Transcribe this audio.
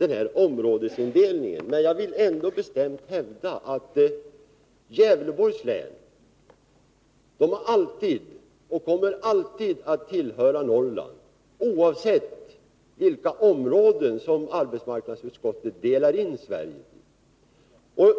den här landsdelsindelningen. Men jag vill ändå bestämt hävda, att Gävleborgs län alltid kommer att tillhöra Norrland, oavsett vilka områden som arbetsmarknadsutskottet delar in Sverige i.